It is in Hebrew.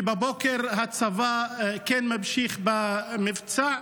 ובבוקר הצבא ממשיך במבצע.